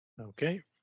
Okay